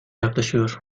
yaklaşıyor